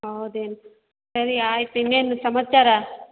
ಹೌದೇನು ಸರಿ ಆಯ್ತು ಇನ್ನೇನು ಸಮಾಚಾರ